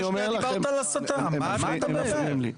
אתם מפריעים לי.